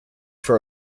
for